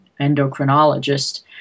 endocrinologist